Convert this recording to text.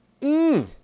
Mmm